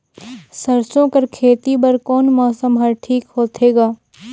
सरसो कर खेती बर कोन मौसम हर ठीक होथे ग?